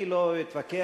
אני לא אתווכח,